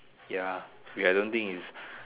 ya wait I don't think is